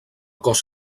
cos